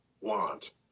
want